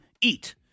eat